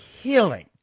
killing